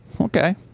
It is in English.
Okay